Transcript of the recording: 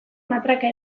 matraka